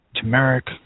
turmeric